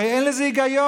הרי אין לזה היגיון,